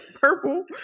purple